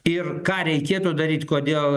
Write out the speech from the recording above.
ir ką reikėtų daryt kodėl